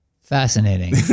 Fascinating